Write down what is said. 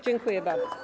Dziękuję bardzo.